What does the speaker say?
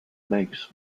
makes